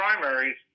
primaries